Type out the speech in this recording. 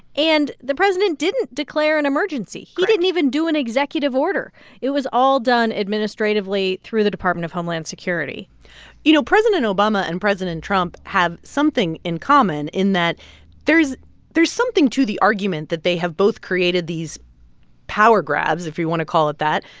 and the president didn't declare an emergency. he didn't even do an executive order. it was all done administratively through the department of homeland security you know, president obama and president trump have something in common in that there's there's something to the argument that they have both created these power grabs, if you want to call it that,